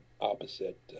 opposite